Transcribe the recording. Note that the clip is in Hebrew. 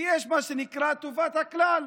כי יש מה שנקרא טובת הכלל.